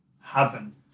happen